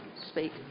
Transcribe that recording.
speak